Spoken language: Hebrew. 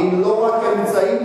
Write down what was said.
מאוד מאוד מפתיע,